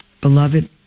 Beloved